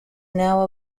now